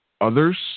others